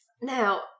Now